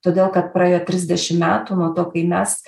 todėl kad praėjo trisdešim metų nuo to kai mes